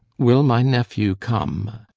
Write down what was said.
will my nephew come?